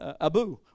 Abu